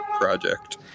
project